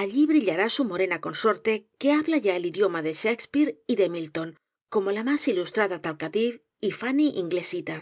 allí brillará su morena consor te que habla ya el idioma de shakespeare y de milton como la más ilustrada talkative y funny inglesita